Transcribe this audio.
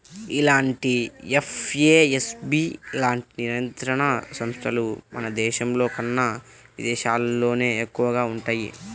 ఇలాంటి ఎఫ్ఏఎస్బి లాంటి నియంత్రణ సంస్థలు మన దేశంలోకన్నా విదేశాల్లోనే ఎక్కువగా వుంటయ్యి